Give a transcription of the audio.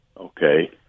Okay